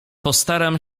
postaram